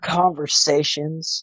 conversations